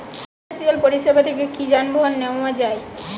Financial পরিসেবা থেকে কি যানবাহন নেওয়া যায়?